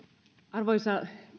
arvoisa